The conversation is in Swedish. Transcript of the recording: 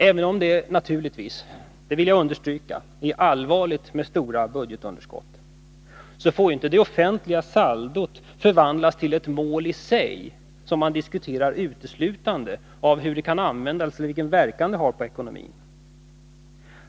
Även om det naturligtvis — det vill jag understryka — är allvarligt med stora budgetunderskott, får det offentliga saldot inte förvandlas till ett mål i sig, som man diskuterar med uteslutande av hur det kan användas eller vilken verkan det har på ekonomin.